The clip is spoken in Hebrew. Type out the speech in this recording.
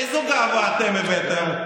איזו גאווה אתם הבאתם,